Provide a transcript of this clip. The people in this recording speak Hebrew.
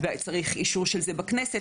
צריך אישור של זה בכנסת,